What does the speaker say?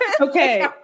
Okay